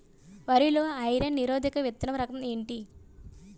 వరి లో ఐరన్ నిరోధక విత్తన రకం ఏంటి?